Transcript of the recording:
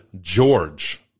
George